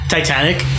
Titanic